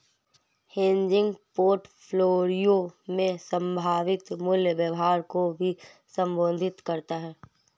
hedging portfolio में संभावित मूल्य व्यवहार को भी संबोधित करता हैं